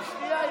אבל שנייה.